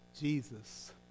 Jesus